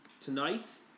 tonight